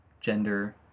gender